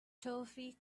toffee